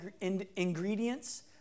ingredients